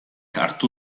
hartu